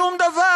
שום דבר.